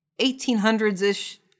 1800s-ish